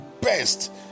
best